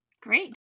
Great